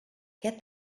get